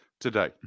today